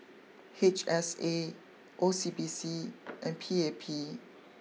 H S A O C B C and P A P